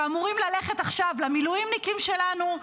שאמורים ללכת עכשיו למילואימניקים שלנו,